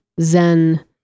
zen